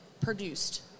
produced